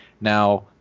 Now